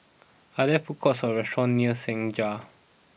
are there food courts or restaurants near Senja